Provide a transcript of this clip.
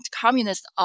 communist